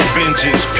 vengeance